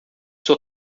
sua